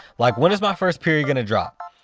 like, when is my first period gonna drop?